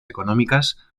económicas